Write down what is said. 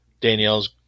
Danielle's